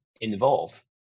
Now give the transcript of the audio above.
involve